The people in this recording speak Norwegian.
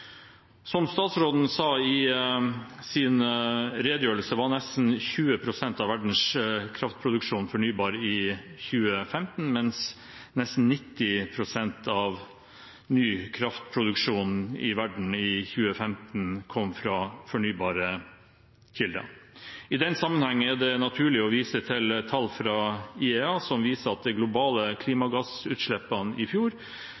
Som statsråden sa i sin redegjørelse, var nesten 20 pst. av verdens kraftproduksjon fornybar i 2015, mens nesten 90 pst. av ny kraftproduksjon i verden i 2015 kom fra fornybare kilder. I den sammenheng er det naturlig å vise til tall fra IEA, som viser at de globale klimagassutslippene i fjor